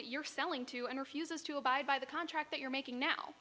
that you're selling to and refuses to abide by the contract that you're making now